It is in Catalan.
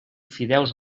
fideus